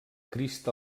crist